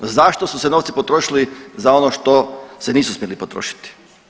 Zašto su se novci potrošili za ono što se nisu smjeli potrošiti?